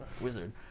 Wizard